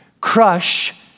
crush